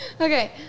Okay